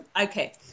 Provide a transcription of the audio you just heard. okay